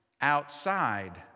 outside